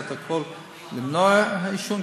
אני אעשה את הכול למנוע עישון,